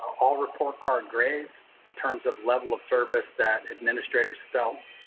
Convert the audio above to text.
all report card grades in terms of level of service that administrators felt,